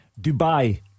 Dubai